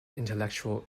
intellectual